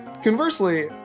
Conversely